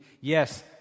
yes